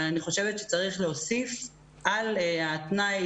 אבל אני חושבת שצריך להוסיף על התנאי